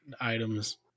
items